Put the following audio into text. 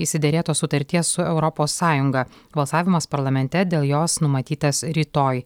išsiderėtos sutarties su europos sąjunga balsavimas parlamente dėl jos numatytas rytoj